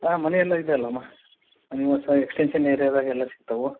ಹಾಂ ಮನೆಯೆಲ್ಲ ಇದೆ ಅಲ್ಲಮ್ಮ ಮನೆ ಹೊಸ ಎಕ್ಸ್ಟೆನ್ಷನ್ ಏರ್ಯಾದಾಗೆ ಎಲ್ಲ ಸಿಗ್ತವೆ